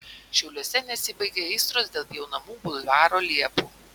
šiauliuose nesibaigia aistros dėl pjaunamų bulvaro liepų